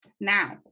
now